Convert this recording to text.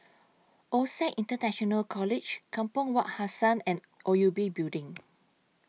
OSAC International College Kampong Wak Hassan and O U B Building